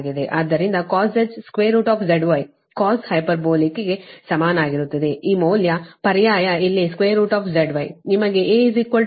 ಆದ್ದರಿಂದcosh ZY cos ಹೈಪರ್ಬೋಲಿಕ್ಗೆ ಸಮನಾಗಿರುತ್ತದೆ ಈ ಮೌಲ್ಯ ಪರ್ಯಾಯ ಇಲ್ಲಿ ZY ನಿಮಗೆ A D 0